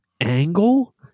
angle